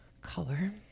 color